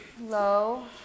low